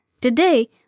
Today